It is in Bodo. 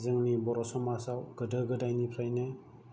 जोंनि बर' समाजाव गोदो गोदायनिफ्रायनो